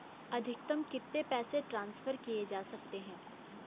अधिकतम कितने पैसे ट्रांसफर किये जा सकते हैं?